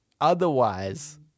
otherwise